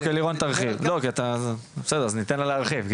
אוקי, בסדר אז ניתן לה להרחיב.